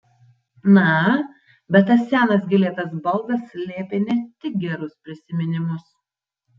na bet tas senas gėlėtas baldas slėpė ne tik gerus prisiminimus